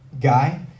guy